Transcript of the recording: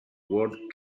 word